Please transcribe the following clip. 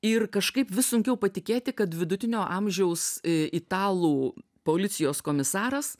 ir kažkaip vis sunkiau patikėti kad vidutinio amžiaus i italų policijos komisaras